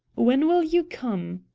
when will you come?